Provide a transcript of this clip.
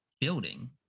building